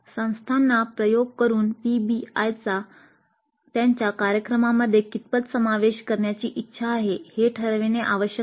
संस्थांना प्रयोग करून पीबीआयचा त्यांच्या कार्यक्रमांमध्ये कितपत समावेश करण्याची इच्छा आहे हे ठरविणे आवश्यक आहे